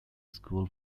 school